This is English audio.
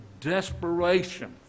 desperation